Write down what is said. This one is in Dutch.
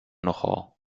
nogal